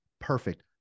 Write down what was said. Perfect